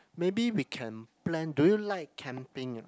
maybe we can plan do you like camping a not